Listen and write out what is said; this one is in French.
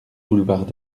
boulevard